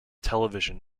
television